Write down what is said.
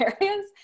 areas